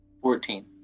fourteen